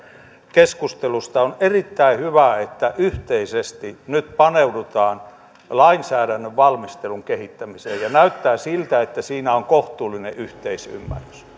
keskustelusta on erittäin hyvä että yhteisesti nyt paneudutaan lainsäädännön valmistelun kehittämiseen ja näyttää siltä että siinä on kohtuullinen yhteisymmärrys